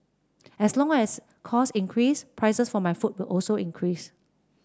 as long as costs increase prices for my food will also increase